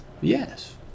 Yes